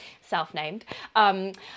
self-named